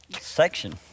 section